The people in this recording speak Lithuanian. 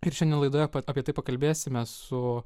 ir šiandien laidoje apie tai pakalbėsime su